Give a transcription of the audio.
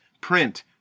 print